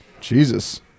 Jesus